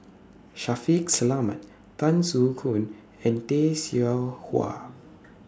Shaffiq Selamat Tan Soo Khoon and Tay Seow Huah